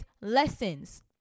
lessons